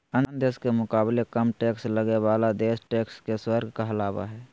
अन्य देश के मुकाबले कम टैक्स लगे बाला देश टैक्स के स्वर्ग कहलावा हई